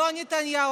לא נתניהו,